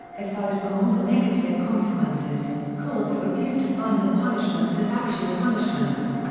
aside from all the negative consequences, courts have refused to find the punishments as actual punishments.